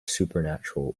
supernatural